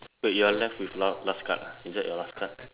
wait you are left with la~ last card ah is that your last card